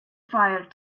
fire